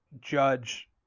judge